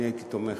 אני הייתי תומך.